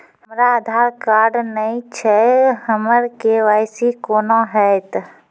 हमरा आधार कार्ड नई छै हमर के.वाई.सी कोना हैत?